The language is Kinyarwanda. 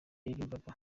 yaririmbaga